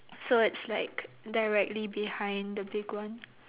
so it's like directly behind the big one